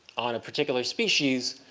on a particular species,